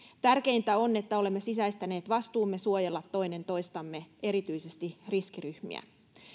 tärkeintä on että olemme sisäistäneet vastuumme suojella toinen toistamme erityisesti riskiryhmiä